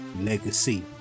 legacy